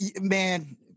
man